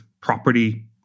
property